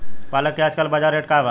पालक के आजकल बजार रेट का बा?